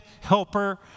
helper